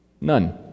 None